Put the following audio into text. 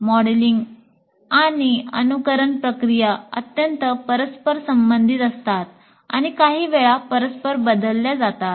modelling आणि अनुकरण प्रक्रिया अत्यंत परस्परसंबंधित असतात आणि काही वेळा परस्पर बदलल्या जातात